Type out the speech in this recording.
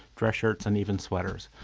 dress shirts, and even sweaters,